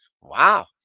Wow